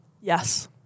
Yes